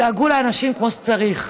תדאגו לאנשים כמו שצריך.